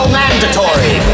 mandatory